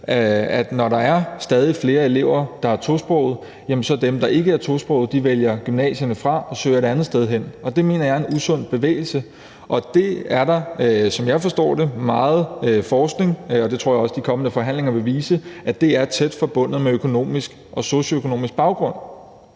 at når der er stadig flere elever, der er tosprogede, så vælger dem, der ikke er tosprogede, gymnasierne fra og søger et andet sted hen. Det mener jeg er en usund bevægelse, og der er, som jeg forstår det, meget forskning – det tror jeg også de kommende forhandlingerne vil vise – der peger på, at det er tæt forbundet med økonomisk og socioøkonomisk baggrund.